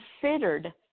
considered